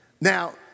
Now